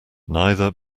neither